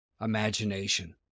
imagination